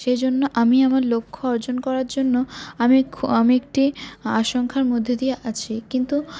সে জন্য আমি আমার লক্ষ্য অর্জন করার জন্য আমি খু আমি একটি আশঙ্কার মধ্যে দিয়ে আছি কিন্তু